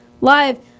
Live